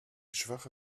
schwache